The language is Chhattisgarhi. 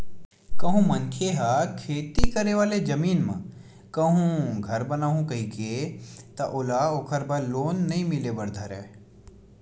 कहूँ मनखे ह खेती करे वाले जमीन म कहूँ घर बनाहूँ कइही ता ओला ओखर बर लोन नइ मिले बर धरय